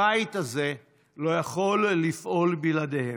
הבית הזה לא יכול לפעול בלעדיהם.